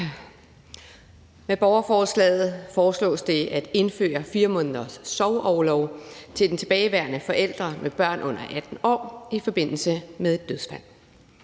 Med borgerforslaget foreslås det at indføre 4 måneders sorgorlov til den tilbageværende forælder med børn under 18 år i forbindelse med dødsfald.